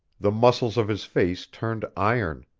the muscles of his face turned iron.